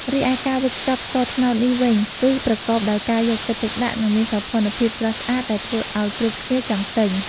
រីឯការវេចខ្ចប់ស្ករត្នោតនេះវិញ គឺប្រកបដោយការយកចិត្តទុកដាក់ និងមានសោភ័ណភាពស្រស់ស្អាត ដែលធ្វើឱ្យគ្រប់គ្នាចង់ទិញ។